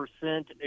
percent